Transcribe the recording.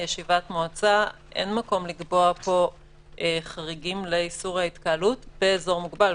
ישיבת מועצה אין מקום לקבוע פה חריגים לאיסור ההתקהלות באזור מוגבל.